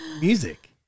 music